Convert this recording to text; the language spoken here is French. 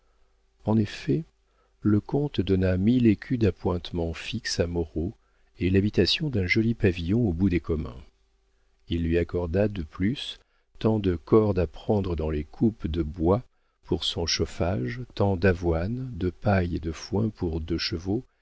en effet le comte donna mille écus d'appointements fixes à moreau et l'habitation d'un joli pavillon au bout des communs il lui accorda de plus tant de cordes à prendre dans les coupes de bois pour son chauffage tant d'avoine de paille et de foin pour deux chevaux